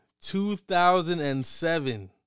2007